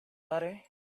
butter